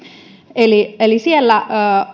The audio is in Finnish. eli eli siellä